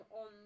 on